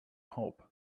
pope